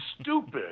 stupid